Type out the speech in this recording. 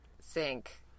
sink